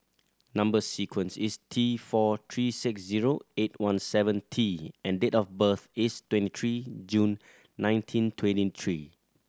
number sequence is T four three six zero eight one seven T and date of birth is twenty three June nineteen twenty three